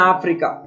Africa